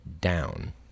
down